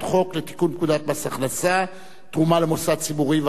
חוק לתיקון פקודת מס הכנסה (תרומה למוסד ציבורי).